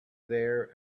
there